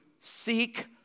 seek